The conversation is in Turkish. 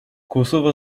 kosova